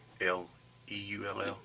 L-E-U-L-L